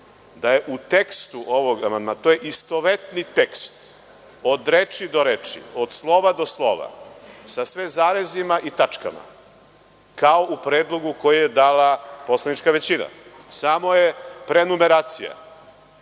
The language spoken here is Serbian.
ovog amandmana. To je isti tekst od reči do reči, od slova do slova, sa sve zarezima i tačkama kao u predlogu koji je dala poslanička većina, samo je prenumeracija.